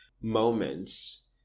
moments